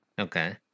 Okay